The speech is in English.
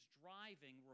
driving